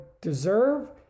deserve